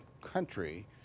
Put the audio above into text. country